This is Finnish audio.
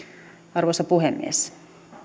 arvoisa puhemies